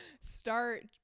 start